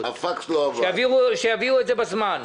שיביאו את זה בזמן.